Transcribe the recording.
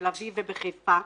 בתל-אביב ובחיפה.